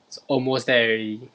it's almost there already